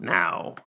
now